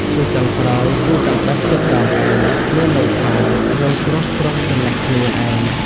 ជាចុងក្រោយគឺ កាំបិតចិតដងឯង មានន័យថា រងគ្រោះព្រោះចំណេះខ្លួនឯង ។